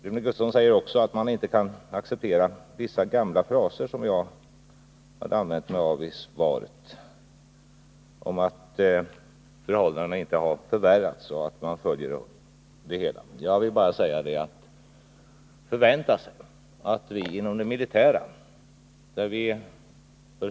Rune Gustavsson säger också att han inte kan acceptera vissa gamla fraser som jag hade använt mig av i svaret — att förhållandena inte har förvärrats och att man följer upp problemet. Jag vill bara säga följande.